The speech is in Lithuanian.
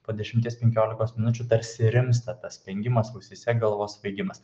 po dešimties penkiolikos minučių tarsi rimsta tas spengimas ausyse galvos svaigimas